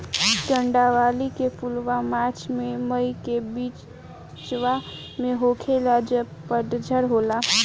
कंदावली के फुलवा मार्च से मई के बिचवा में होखेला जब पतझर होला